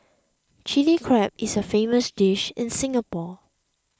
Chilli Crab is a famous dish in Singapore